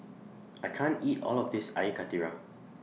I can't eat All of This Air Karthira